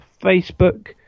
Facebook